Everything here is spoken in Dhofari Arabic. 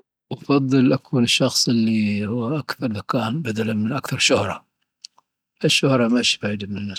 أفضل أكون الشخص اللي أكثر ذكاء بدلا من أكثر شهرة. الشهرة ماشي فايدة منها.